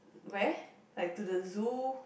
where like to the zoo